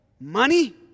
money